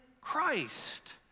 Christ